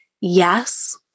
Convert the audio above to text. yes